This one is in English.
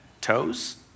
toes